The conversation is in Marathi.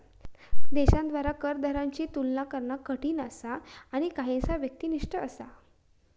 देशांद्वारा कर दरांची तुलना करणा कठीण आणि काहीसा व्यक्तिनिष्ठ असा